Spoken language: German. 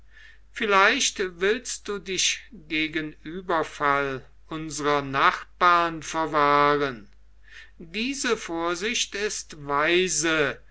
vielleicht willst du dich gegen einen ueberfall unserer nachbarn verwahren diese vorsicht ist weise